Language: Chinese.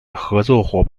合作